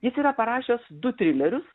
jis yra parašęs du trilerius